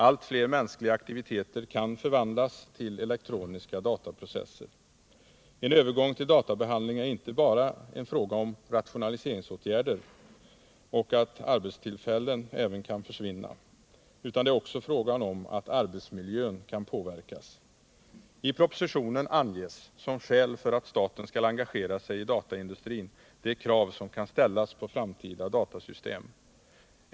Allt fler mänskliga aktiviteter kan förvandlas till elektroniska dataprocesser. En övergång till databehandling är inte bara en fråga om rationaliseringsåtgärder och om att arbetstillfällen kan försvinna, utan också om att arbetsmiljön påverkas. I propositionen anges som skäl för att staten skall engagera sig i dataindustrin av de krav som kan ställas på framtida datasystem.